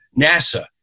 NASA